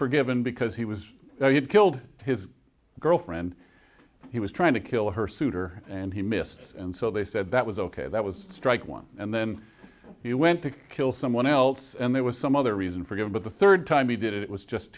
forgiven because he was killed his girlfriend he was trying to kill her suitor and he missed and so they said that was ok that was strike one and then he went to kill someone else and there was some other reason forgive but the third time he did it it was just